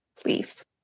please